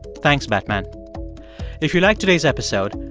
thanks, batman if you like today's episode,